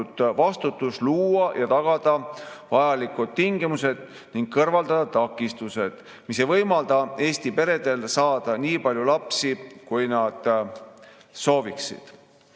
vastutus luua ja tagada vajalikud tingimused ning kõrvaldada takistused, mis ei võimalda Eesti peredel saada nii palju lapsi, kui nad sooviksid.Me